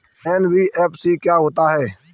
NBFC क्या होता है?